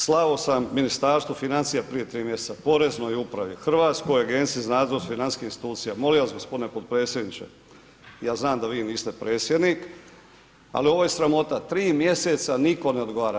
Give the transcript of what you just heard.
Slao sam Ministarstvu financija prije 3 mjeseca, Poreznoj upravi, Hrvatskoj agenciji za nadzor financijskih institucija, molim vas gospodine potpredsjedniče, ja znam da vi niste predsjednik, ali ovo je sramota, 3 mjeseca nitko ne odgovara.